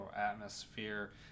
atmosphere